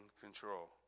control